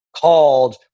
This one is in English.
called